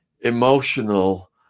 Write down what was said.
emotional